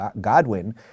Godwin